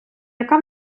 яка